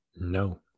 No